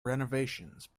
renovations